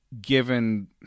given